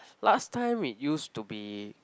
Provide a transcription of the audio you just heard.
last time it used to be